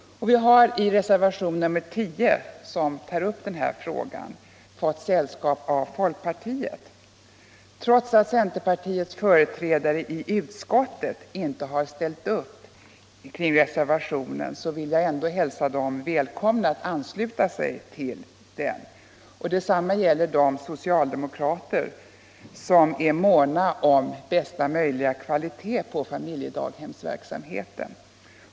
Vi har i reservationen 10, som tar upp denna fråga, fått sällskap av folkpartiet. Trots att centerpartiets företrädare i utskottet inte har ställt upp på reservationen, vill jag hälsa centerpartisterna välkomna att nu ansluta sig till den. Detsamma gäller de socialdemokrater som är måna om bästa möjliga kvalitet på familjedaghemsverksamheten.